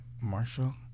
Marshall